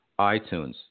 iTunes